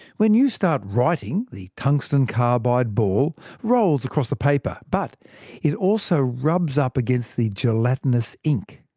when you start writing, the tungsten carbide ball rolls across the paper, but it also rubs up against the gelatinous ink,